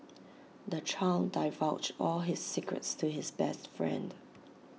the child divulged all his secrets to his best friend